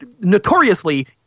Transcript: Notoriously